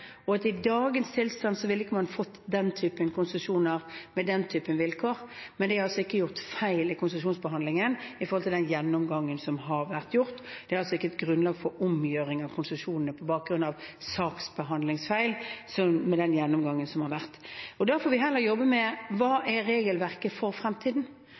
og at i dagens tilstand ville man ikke fått den typen konsesjoner med den typen vilkår. Men det er altså ikke gjort feil i konsesjonsbehandlingen ifølge gjennomgangen som har vært gjort. Det er altså ikke grunnlag for omgjøring av konsesjonene på bakgrunn av saksbehandlingsfeil etter den gjennomgangen som har vært. Da får vi heller jobbe med: Hva er regelverket for fremtiden?